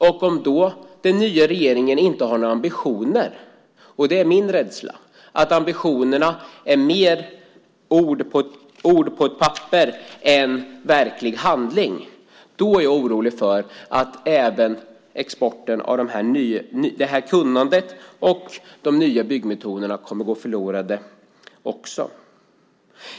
Men om den nya regeringens ambitioner mer är ord på ett papper än verklig handling, då är jag orolig för att även exporten av detta kunnande och de nya byggmetoderna kommer att gå förlorade.